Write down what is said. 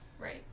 Right